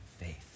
faith